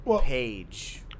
page